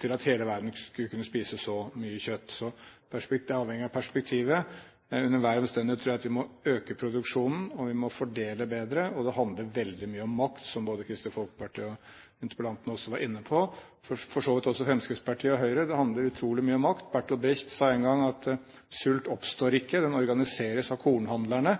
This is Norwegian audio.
til at hele verden skulle kunne spise så mye kjøtt. Så det er avhengig av perspektivet. Under enhver omstendighet tror jeg at vi må vi øke produksjonen, og vi må fordele bedre. Og det handler veldig mye om makt, som både Kristelig Folkeparti og interpellanten også var inne på, og for så vidt også Fremskrittspartiet og Høyre. Det handler utrolig mye om makt. Bertolt Brecht sa en gang at sult oppstår ikke, den organiseres av kornhandlerne.